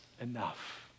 enough